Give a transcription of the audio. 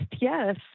yes